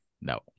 no